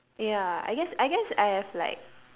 ya I guess I guess I have like